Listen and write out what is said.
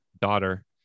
daughter